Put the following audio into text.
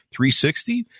360